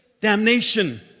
damnation